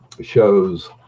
shows